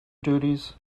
duties